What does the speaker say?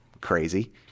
crazy